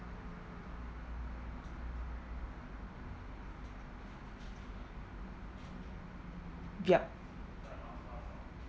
yup